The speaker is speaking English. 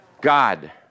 God